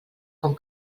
com